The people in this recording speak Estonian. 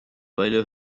palju